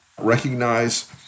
recognize